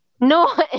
No